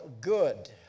good